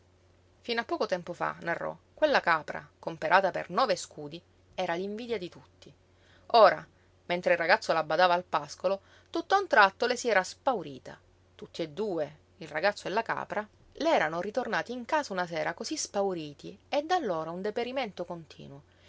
fino a poco tempo fa narrò quella capra comperata per nove scudi era l'invidia di tutti ora mentre il ragazzo la badava al pascolo tutt'a un tratto le si era spaurita tutti e due il ragazzo e la capra le erano ritornati in casa una sera cosí spauriti e da allora un deperimento continuo